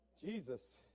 Jesus